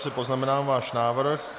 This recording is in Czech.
Já si poznamenám váš návrh.